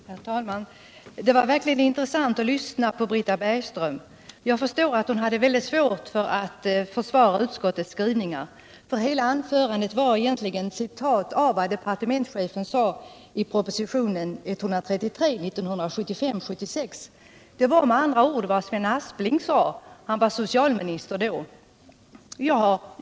Herr talman! Det var verkligen intressant att lyssna på Britta Bergström, som tydligen hade väldigt svårt att försvara utskottets skrivning. Hela hennes anförande var ju egentligen citat av vad departementschefen sade i propositionen 1975/76:133, eller med andra ord vad Sven Aspling sade; han var socialminister då.